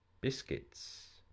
biscuits